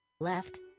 Left